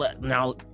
now